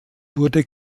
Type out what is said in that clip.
wurde